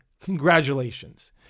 congratulations